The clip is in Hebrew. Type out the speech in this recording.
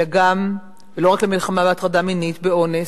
ולא רק למלחמה בהטרדה מינית, באונס,